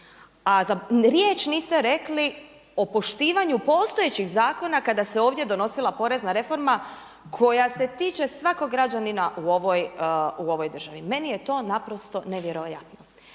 a riječ niste rekli o poštivanju postojećih zakona kada se ovdje donosila porezna reforma koja se tiče svakog građanina u ovoj državi. Meni je to naprosto nevjerojatno.